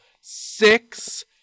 six